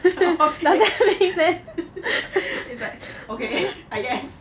okay okay I guess